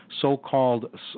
so-called